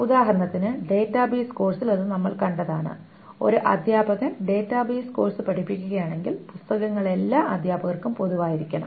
ഉദാഹരണത്തിന് ഡാറ്റാബേസ് കോഴ്സിൽ അത് നമ്മൾ കണ്ടതാണ് ഒരു അധ്യാപകൻ ഡാറ്റാബേസ് കോഴ്സ് പഠിപ്പിക്കുകയാണെങ്കിൽ പുസ്തകങ്ങൾ എല്ലാ അധ്യാപകർക്കും പൊതുവായിരിക്കണം